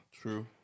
True